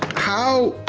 how,